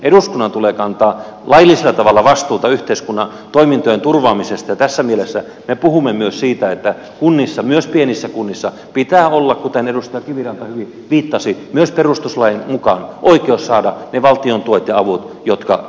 eduskunnan tulee kantaa laillisella tavalla vastuuta yhteiskunnan toimintojen turvaamisesta ja tässä mielessä me puhumme myös siitä että kunnissa myös pienissä kunnissa pitää olla mihin edustaja kiviranta hyvin viittasi myös perustuslain mukaan oikeus saada ne valtion tuet ja avut jotka niille kuuluvat